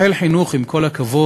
לחיל חינוך, עם כל הכבוד,